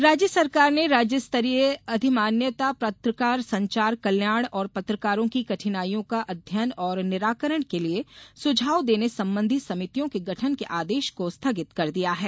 समिति स्थगित राज्य सरकार ने राज्य स्तरीय अधिमान्यता पत्रकार संचार कल्याण और पत्रकारों की कठिनाईयों का अध्ययन और निराकरण के लिये सुझाव देने संबंधी समितियों के गठन के आदेश को स्थगित कर दिया है